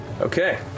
Okay